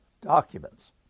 documents